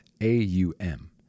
A-U-M